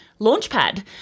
Launchpad